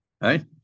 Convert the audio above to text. Right